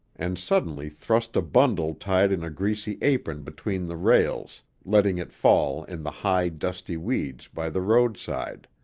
and suddenly thrust a bundle tied in a greasy apron between the rails, letting it fall in the high, dusty weeds by the roadside.